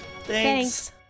Thanks